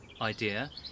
idea